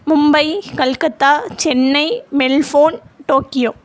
Mumbai Calcutta Chennai Melbourne Tokyo